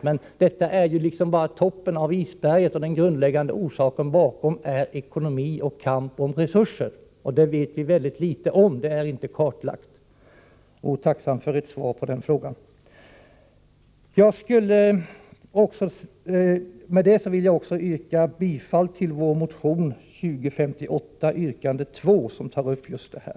men detta är bara toppen avisberget, den grundläggande orsaken bakom är ekonomin och kampen om resurserna — och detta vet vi mycket litet om. Jag vore tacksam för ett svar på den här frågan. Med detta vill jag också yrka bifall till motion 2058, yrkande 2, som tar upp just detta behov.